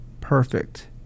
Perfect